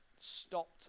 stopped